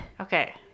Okay